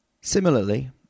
Similarly